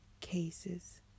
cases